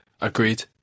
agreed